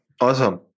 Awesome